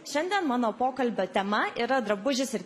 šiandien mano pokalbio tema yra drabužis ir